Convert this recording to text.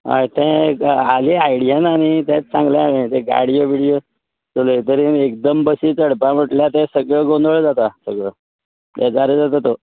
हय तेंय एक हाली आयडिया ना न्ही तेत सांगले हांयेन ते गाडयो बिडीयो चलय तरी एकदम बसी चडपा म्हटल्यार ते सगले गोंदळ जाता सगळो बेजारूत जाता तो